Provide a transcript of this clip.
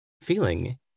feeling